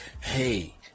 Hey